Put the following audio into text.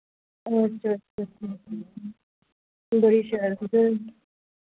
अच्छा अच्छा अच्छा अच्छा बड़ी शैल